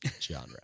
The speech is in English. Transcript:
genre